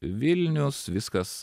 vilniaus viskas